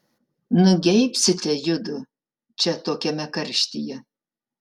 nugeibsite judu čia tokiame karštyje